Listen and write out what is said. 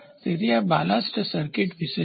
તેથી આ ballast circuit વિશે છે